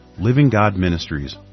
livinggodministries